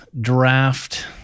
draft